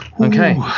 Okay